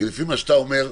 כי לפי מה שאתה אומר,